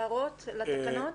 הערות לתקנות?